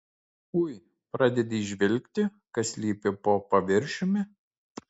ui pradedi įžvelgti kas slypi po paviršiumi